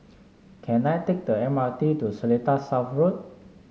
can I take the M R T to Seletar South Road